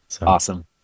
Awesome